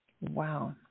Wow